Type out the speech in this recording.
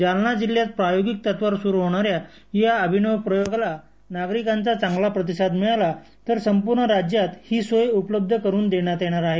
जालना जिल्ह्यात प्रायोगिक तत्वावर सुरू होणाऱ्या या अभिनव प्रयोगाला नागरिकांचा चांगला प्रतिसाद मिळाला तर संपूर्ण राज्यात ही सोय उपलब्ध करून देण्यात येणार आहे